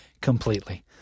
completely